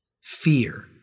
Fear